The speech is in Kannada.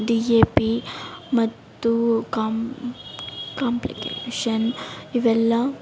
ಡಿ ಎ ಪಿ ಮತ್ತು ಕಾಂಪ್ಲಿಕೇಶನ್ ಇವೆಲ್ಲ